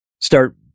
start